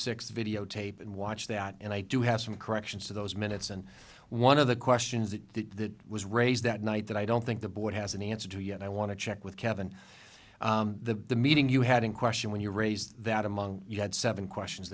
sixth video tape and watched that and i do have some corrections to those minutes and one of the questions that was raised that night that i don't think the board has an answer to yet i want to check with kevin the meeting you had in question when you raised that among you had seven questions